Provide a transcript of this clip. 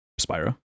Spyro